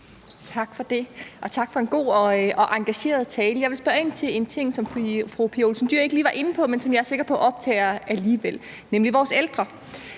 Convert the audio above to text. Tak for det. Og tak for en god og engageret tale. Jeg vil spørge ind til en ting, som fru Pia Olsen Dyhr ikke lige var inde på, men som jeg er sikker på optager hende alligevel, nemlig vores ældre.